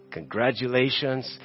Congratulations